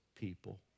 people